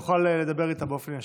יש לנו בעיות תקשורת איתו.